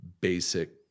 basic